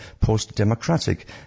post-democratic